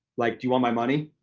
like do you want my money?